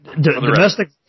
Domestic